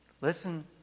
listen